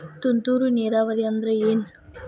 ತುಂತುರು ನೇರಾವರಿ ಅಂದ್ರ ಏನ್?